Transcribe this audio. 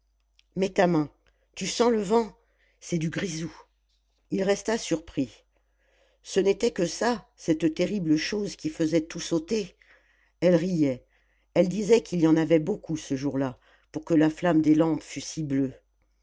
mets ta main tu sens le vent c'est du grisou il resta surpris ce n'était que ça cette terrible chose qui faisait tout sauter elle riait elle disait qu'il y en avait beaucoup ce jour-là pour que la flamme des lampes fût si bleue